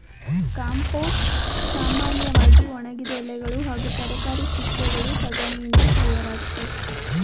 compost ಸಾಮನ್ಯವಾಗಿ ಒಣಗಿದ ಎಲೆಗಳು ಹಾಗೂ ತರಕಾರಿ ಸಿಪ್ಪೆಗಳು ಸಗಣಿಯಿಂದ ತಯಾರಾಗ್ತದೆ